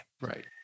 Right